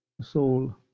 soul